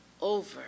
over